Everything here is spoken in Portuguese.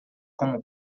como